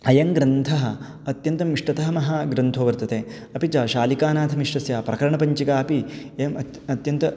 अयं ग्रन्थः अत्यन्तम् इष्टतमः ग्रन्थो वर्तते अपि च शालिकानाथमिश्रस्य प्रकरणपञ्चिका अपि एवं अत् अत्यन्तं